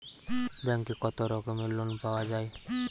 ব্যাঙ্কে কত রকমের লোন পাওয়া য়ায়?